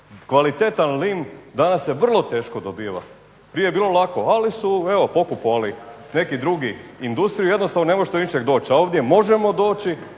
Kvalitetan lim danas se vrlo teško dobiva, prije je bilo lako ali su evo pokupovali neki drugi, industrije i jednostavno ne možete više doći, a ovdje možemo doći